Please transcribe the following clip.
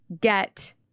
get